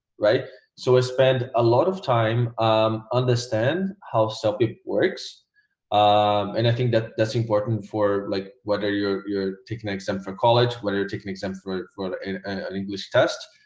right so i spend a lot of time understand how celpip works and i think that that's important for like whether you're you're taking exam for college, whether you're taking exam for for an an and english test.